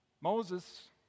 Moses